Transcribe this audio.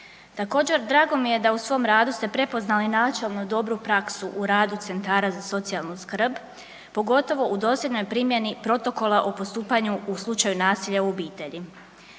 Također drago mi je da u svom radu ste prepoznali načelno dobru praksu u radu centara za socijalnu skrb, pogotovo u dosljednoj primjeni protokola o postupanju u slučaju nasilja u obitelji.